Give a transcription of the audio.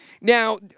Now